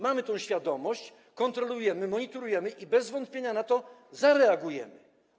Mamy tę świadomość, kontrolujemy, monitorujemy i bez wątpienia na to zareagujemy.